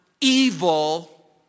evil